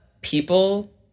people